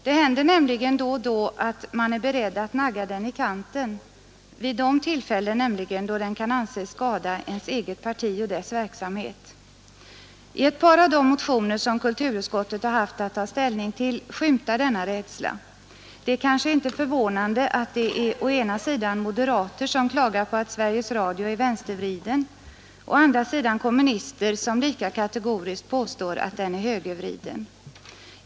Det händer nämligen då och då att man är beredd att nagga den i kanten — vid de tillfällen nämligen, då den kan anses skada ens eget parti och dess verksamhet. I ett par av de motioner som kulturutskottet haft att ta ställning till skymtar denna rädsla. Det är kanske inte förvånande, att det är å ena sidan moderater som klagar på att Sveriges Radio är vänstervriden, å andra sidan kommunister som lika kategoriskt påstår, att den är högervriden.